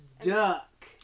Duck